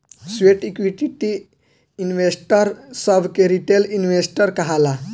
sweat equity investor सभ के retail investor कहाला